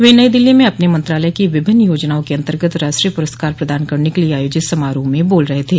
वे नई दिल्ली में अपने मंत्रालय की विभिन्न योजनाओं के अंतर्गत राष्ट्रीय पुरस्कार प्रदान करने के लिए आयोजित समारोह में बोल रहे थे